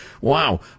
Wow